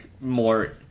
more